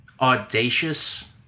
audacious